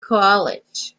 college